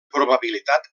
probabilitat